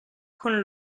con